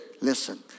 listen